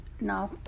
now